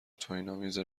توهینآمیز